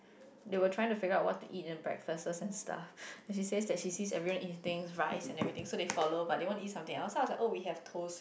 they will trying to figure what to eat and breakfast and stuff then she say that she see everyone eating rice and everything so they follow but they want to eat something else so I was like oh we have toast